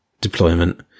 deployment